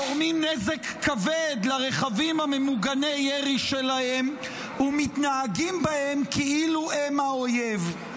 גורמים נזק כבד לרכבים הממוגני-ירי שלהם ומתנהגים בהם כאילו הם האויב.